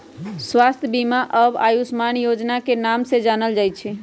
स्वास्थ्य बीमा अब आयुष्मान योजना के नाम से जानल जाई छई